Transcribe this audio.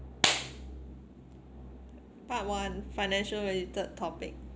part one financial related topic